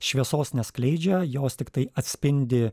šviesos neskleidžia jos tiktai atspindi